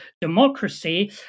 democracy